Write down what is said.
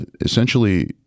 essentially